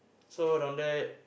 so down there